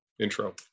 intro